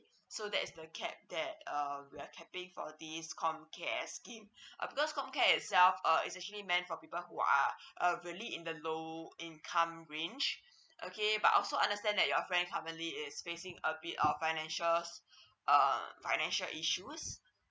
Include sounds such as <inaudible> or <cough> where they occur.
so there's a cap that um like we are capping for this comcare as scheme <breath> because comcare itself uh is actually meant for people who are vary in the low income range okay but also understand that your friend's family is facing a bit of financial <breath> um financial issue